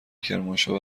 کرمانشاه